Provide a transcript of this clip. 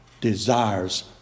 desires